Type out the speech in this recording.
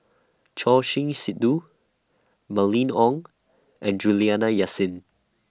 Choor Singh Sidhu Mylene Ong and Juliana Yasin